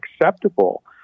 acceptable